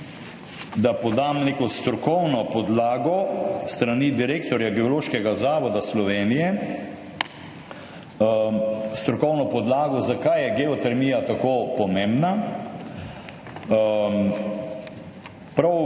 da podam neko strokovno podlago s strani direktorja Geološkega zavoda Slovenije, strokovno podlago, zakaj je geotermija tako pomembna. Prav